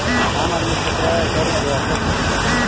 आम आदमी खातिरा एकर व्यवस्था ठीक नईखे